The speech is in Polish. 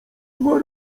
dwa